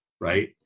Right